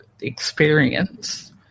experience